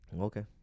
Okay